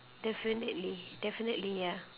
definitely definitely ya